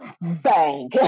Bang